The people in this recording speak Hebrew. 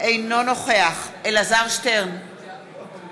אני מודיע לכם שעזמי בשארה אפילו לא שמע על החוק הזה.